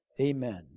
Amen